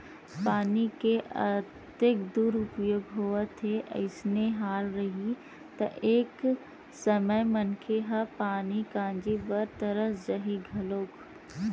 पानी के अतेक दुरूपयोग होवत हे अइसने हाल रइही त एक समे मनखे ह पानी काजी बर तरस जाही घलोक